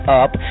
up